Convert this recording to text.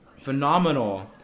phenomenal